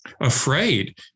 afraid